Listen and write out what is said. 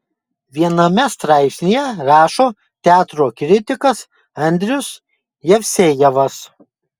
viename straipsnyje rašo teatro kritikas andrius jevsejevas